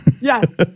Yes